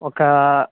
ఒకా